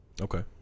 Okay